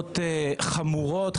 בהרשאות חמורות,